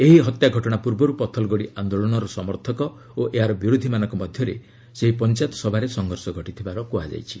ଏହି ହତ୍ୟା ଘଟଣା ପୂର୍ବରୁ ପଥଲଗଡ଼ି ଆନ୍ଦୋଳନର ସମର୍ଥକ ଓ ଏହାର ବିରୋଧୀମାନଙ୍କ ମଧ୍ୟରେ ସେହି ପଞ୍ଚାୟତ ସଭାରେ ସଂଘର୍ଷ ଘଟିଥିବାର କ୍ରହାଯାଉଛି